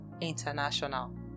International